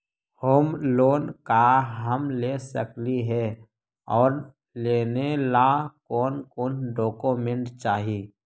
Home loan का हम ले सकली हे, और लेने ला कोन कोन डोकोमेंट चाही?